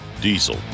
diesel